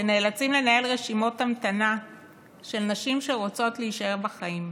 שנאלצים לנהל רשימות המתנה של נשים שרוצות להישאר בחיים.